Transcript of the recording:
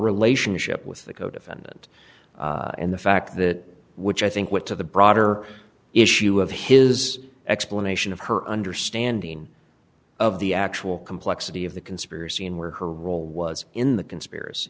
relationship with the codefendant and the fact that which i think what to the broader issue of his explanation of her understanding of the actual complexity of the conspiracy and where her role was in the conspiracy